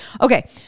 Okay